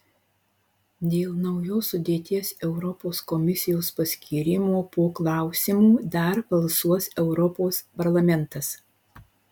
dėl naujos sudėties europos komisijos paskyrimo po klausymų dar balsuos europos parlamentas